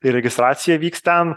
ir registracija vyks ten